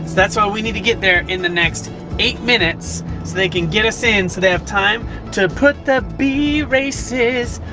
that's why we need to get there in the next eight minutes so that they can get us in so they have time to put the b-races